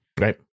Right